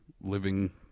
living